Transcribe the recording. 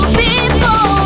people